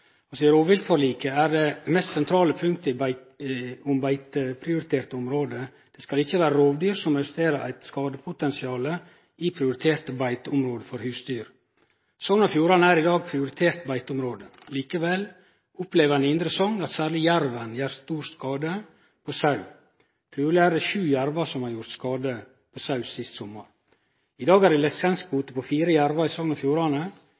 I rovviltforliket er det mest sentrale punktet om beiteprioritert område at det ikkje skal vere rovdyr som representerer eit skadepotensial i prioriterte beiteområde for husdyr. Sogn og Fjordane er i dag prioritert beiteområde. Likevel opplever ein i Indre Sogn at særleg jerven gjer stor skade på sau. Truleg er det sju jervar som har gjort skade på sau sist sommar. I dag er det lisenskvote på fire jervar i Sogn og Fjordane.